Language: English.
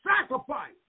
sacrifice